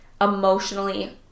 emotionally